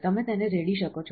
તમે તેને રેડી શકો છો